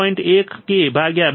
2 k4